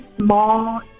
small